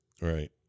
Right